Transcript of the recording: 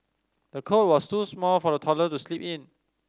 the cot was too small for the toddler to sleep in